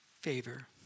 favor